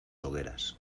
hogueras